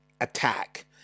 attack